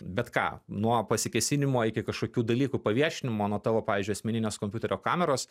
bet ką nuo pasikėsinimo iki kažkokių dalykų paviešinimo nuo tavo pavyzdžiui asmeninės kompiuterio kameros